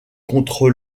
contre